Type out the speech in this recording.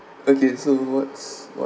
okay so what's what